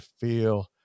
feel